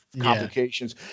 complications